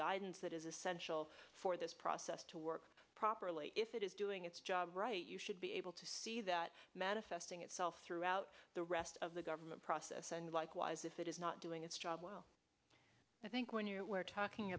guidance that is essential for this process to work properly if it is doing its job right you should be able to see that manifesting itself throughout the rest of the government process and likewise if it is not doing its job well i think when you are talking